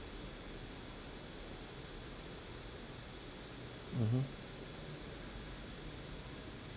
mmhmm